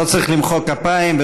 לא צריך למחוא כפיים.